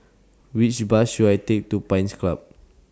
Which Bus should I Take to Pines Club